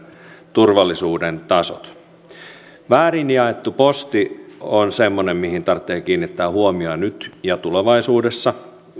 turvallisuuden tasot väärin jaettu posti on semmoinen mihin tarvitsee kiinnittää huomiota nyt ja tulevaisuudessa